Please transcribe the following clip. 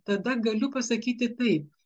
tada galiu pasakyti taip